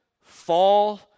fall